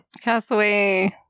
Castaway